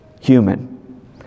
human